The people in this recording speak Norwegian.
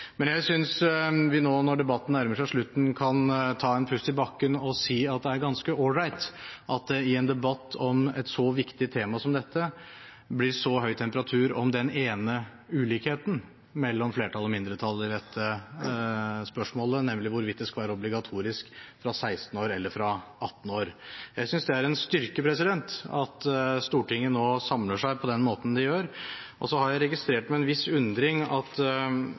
Men jeg synes vi nå, når debatten nærmer seg slutten, kan ta en pust i bakken og si at det er ganske all right at det i en debatt om et så viktig tema som dette, blir så høy temperatur om den ene ulikheten mellom flertallet og mindretallet i dette spørsmålet, nemlig hvorvidt det skal være obligatorisk fra 16 år eller fra 18 år. Jeg synes det er en styrke at Stortinget nå samler seg på den måten de gjør. Så har jeg registrert med en viss undring at